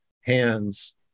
hands